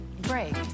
break